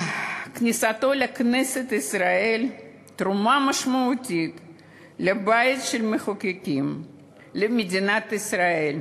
כניסתו לכנסת ישראל היא תרומה משמעותית לבית-המחוקקים ולמדינת ישראל,